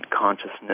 consciousness